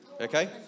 Okay